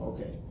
Okay